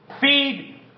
feed